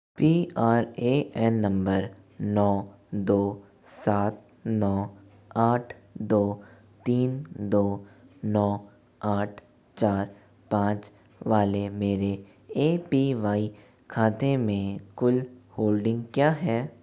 P R A N number नौ दो सात नौ आठ दो तीन दो नौ आठ चार पाँच वाले मेरे ए पी वाई खाते में कुल होल्डिंग क्या है